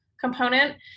component